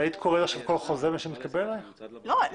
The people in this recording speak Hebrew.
אבל היית קוראת כל חוזה שמגיע אליך?